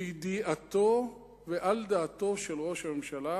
בידיעתו ועל דעתו של ראש הממשלה,